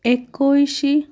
ଏକୋଇଶ